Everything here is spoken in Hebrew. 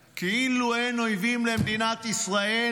כאילו אין אויבים למדינת ישראל?